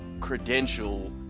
credential